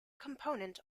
component